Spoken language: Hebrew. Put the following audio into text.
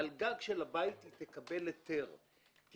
תקבל היתר כי